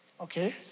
okay